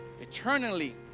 eternally